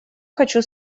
хочу